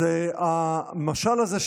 אז המשל הזה,